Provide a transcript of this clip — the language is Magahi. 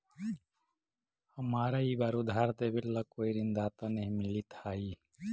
हमारा ई बार उधार देवे ला कोई ऋणदाता नहीं मिलित हाई